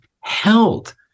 held